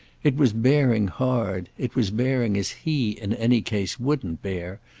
it was bearing hard, it was bearing as he, in any case, wouldn't bear,